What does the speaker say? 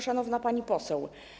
Szanowna Pani Poseł!